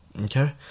Okay